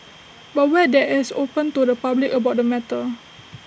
but were they as open to the public about the matter